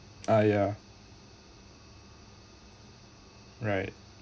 ah ya right